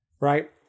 Right